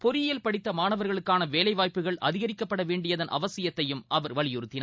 பொறியியல் படித்தமாணவர்களுக்கானவேலைவாய்ப்புகள் அதிகரிக்கப்படவேண்டியதன் அவசித்தையும் அவர் வலியுறுத்தினார்